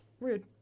rude